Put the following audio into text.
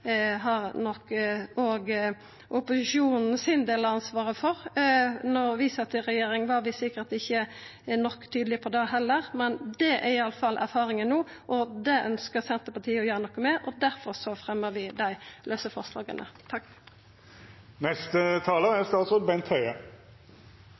har nok òg opposisjonen sin del av ansvaret for. Da vi sat i regjering, var sikkert heller ikkje vi tydelege nok på det, men det er iallfall erfaringa no. Det ønskjer Senterpartiet å gjera noko med, og difor fremjar vi dei lause forslaga. Jeg beklager at jeg må ta ordet på ny – jeg er